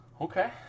Okay